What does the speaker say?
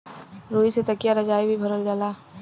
रुई से तकिया रजाई भी भरल जाला